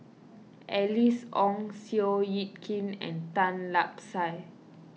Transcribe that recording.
Alice Ong Seow Yit Kin and Tan Lark Sye